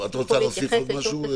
את רוצה להוסיף עוד משהו?